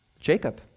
Jacob